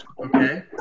Okay